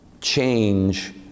change